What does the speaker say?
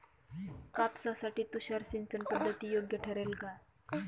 कापसासाठी तुषार सिंचनपद्धती योग्य ठरेल का?